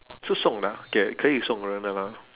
是送的啊给可以送人的啦